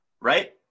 Right